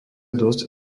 dosť